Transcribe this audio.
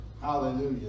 Hallelujah